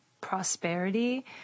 prosperity